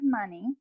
money